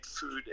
food